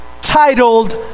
titled